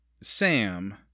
Sam